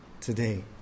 today